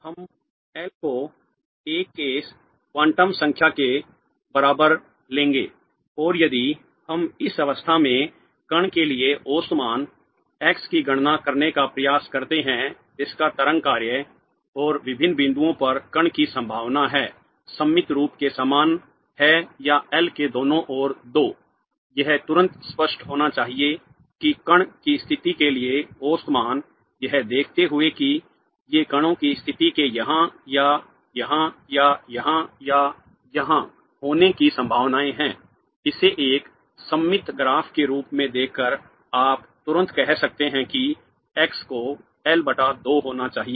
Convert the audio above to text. हम एल को 1 case quantum संख्या के बराबर लेंगे और यदि हम इस अवस्था में कण के लिए औसत मान x की गणना करने का प्रयास करते हैं जिसका तरंग कार्य और विभिन्न बिंदुओं पर कण की संभावना है सममित रूप से समान है या L के दोनों ओर 2 यह तुरंत स्पष्ट होना चाहिए कि कण स्थिति के लिए औसत मान यह देखते हुए कि ये कणों की स्थिति के यहां या यहां या यहां या यहां होने की संभावनाएं हैं इसे एक सममित ग्राफ के रूप में देखकर आप तुरंत कह सकते हैं कि x को L बटा 2 होना चाहिए